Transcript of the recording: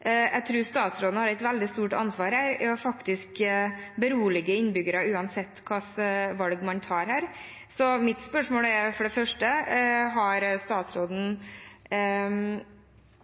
Jeg tror statsråden har et veldig stort ansvar her for å berolige innbyggerne, uansett hvilket valg man tar. Mitt spørsmål er for det første: Har statsråden